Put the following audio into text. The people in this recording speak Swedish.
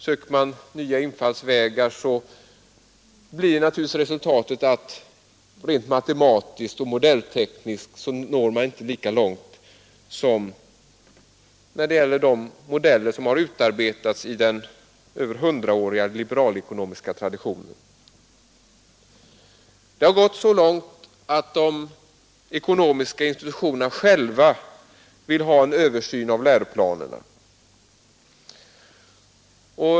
Söker man nya infallsvinklar når man naturligtvis inte lika långt rent matematiskt och modelltekniskt som om man använder de modeller som utarbetats under den mer än hundraåriga liberala ekonomiska traditionen Det har gått så långt att de ekonomiska institutionerna själva vill ha en översyn av läroplanerna.